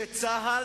שצה"ל,